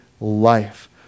life